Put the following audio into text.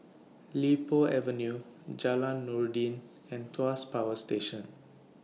Li Po Avenue Jalan Noordin and Tuas Power Station